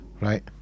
Right